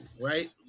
right